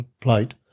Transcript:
plate